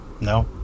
No